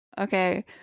Okay